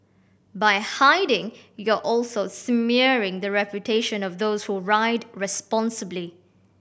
by hiding you're also smearing the reputation of those who ride responsibly